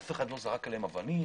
אף אחד לא זרק עליהם אבנים,